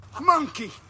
Monkey